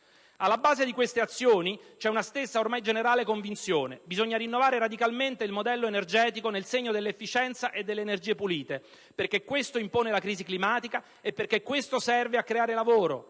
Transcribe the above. Alla base di queste azioni c'è una stessa, ormai generale convinzione: bisogna rinnovare radicalmente il modello energetico nel segno dell'efficienza e delle energie pulite, perché questo impone la crisi climatica e perché questo serve a creare lavoro,